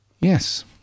Yes